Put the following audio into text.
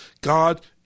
God